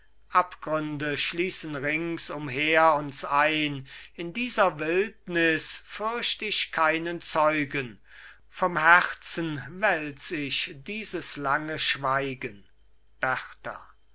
abgründe schliessen rings umher uns ein in dieser wildnis fürcht ich keine zeugen vom herzen wälz ich dieses lange schweigen